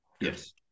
yes